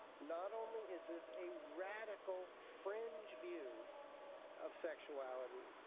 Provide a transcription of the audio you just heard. not only is this a radical fringe view of sexuality,